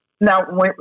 Now